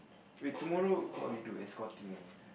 wait tomorrow what we do escorting only